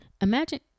imagine